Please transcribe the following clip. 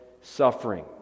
suffering